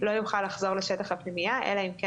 לא יוכל לחזור לשטח הפנימייה אלא אם כן